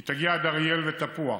היא תגיע עד אריאל ותפוח,